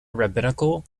rabbinical